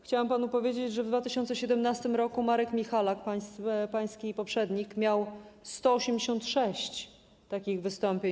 Chciałam panu powiedzieć, że w 2017 r. Marek Michalak, pański poprzednik, miał 186 takich wystąpień.